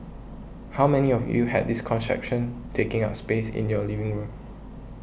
how many of you had this contraption taking up space in your living room